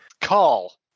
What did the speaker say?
Call